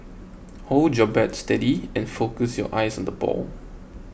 hold your bat steady and focus your eyes on the ball